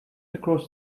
across